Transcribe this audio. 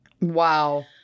Wow